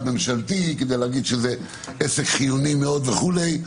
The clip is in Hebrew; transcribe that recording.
ממשלתי כדי להגיד שזה עסק חיוני מאוד וכולי.